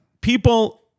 people